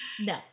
No